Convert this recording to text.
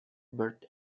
bird